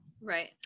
Right